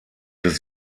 des